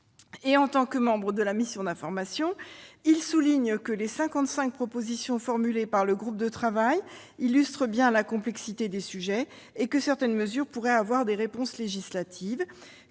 En tant que membre de la mission d'information, il tient à souligner que les cinquante-cinq propositions formulées par le groupe de travail illustrent bien la complexité des sujets et que certaines mesures pourraient trouver une traduction législative,